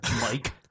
Mike